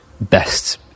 best